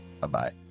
Bye-bye